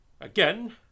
again